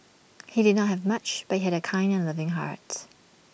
he did not have much but he had A kind and loving heart